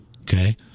Okay